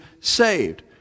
saved